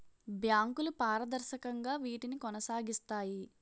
బ్యాంకులు పారదర్శకంగా వీటిని కొనసాగిస్తాయి